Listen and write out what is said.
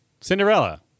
Cinderella